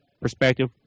perspective